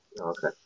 Okay